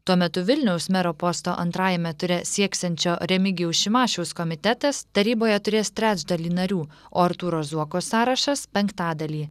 tuo metu vilniaus mero posto antrajame ture sieksiančio remigijaus šimašiaus komitetas taryboje turės trečdalį narių o artūro zuoko sąrašas penktadalį